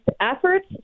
efforts